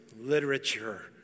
literature